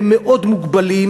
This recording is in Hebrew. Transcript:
הם מאוד מוגבלים,